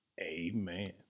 amen